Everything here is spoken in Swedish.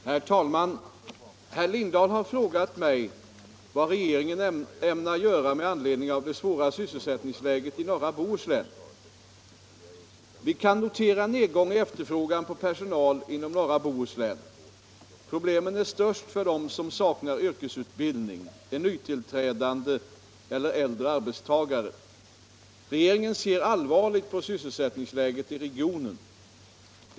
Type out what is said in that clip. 270, och anförde: Herr talman! Herr Lindahl i Hamburgsund har frågat mig vad regeringen ämnar göra med anledning av det svåra sysselsättningsläget i norra Bohuslän. 13 Vi kan notera en nedgång i efterfrågan på personal inom norra Bohuslän. Problemen är störst för dem som saknar yrkesutbildning, är nytillträdande eller äldre arbetstagare. Regeringen ser allvarligt på sysselsättningsläget i regionen.